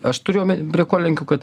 aš turiu ome prie ko lenkiu kad